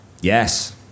Yes